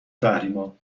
تحریما